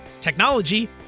technology